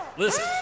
Listen